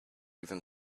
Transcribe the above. even